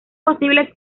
posibles